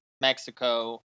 Mexico